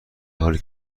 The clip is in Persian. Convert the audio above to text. حالی